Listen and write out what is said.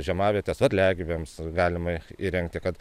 žiemavietes varliagyviams galima įrengti kad